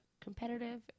competitive